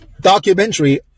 documentary